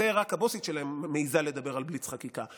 רק הבוסית שלהם מעיזה לדבר על בליץ חקיקה.